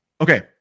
okay